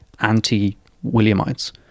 anti-Williamites